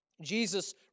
Jesus